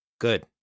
Good